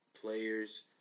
players